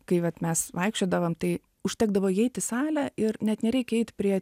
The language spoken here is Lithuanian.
kai vat mes vaikščiodavom tai užtekdavo įeiti į salę ir net nereikia eit prie